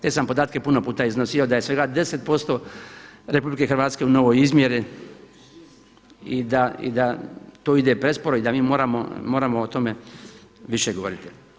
Te sam podatke puno puta iznosio da je svega 10% RH u novoj izmjeri i da to ide presporo i da mi moramo o tome više govoriti.